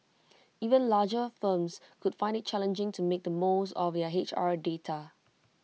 even larger firms could find IT challenging to make the most of their H R data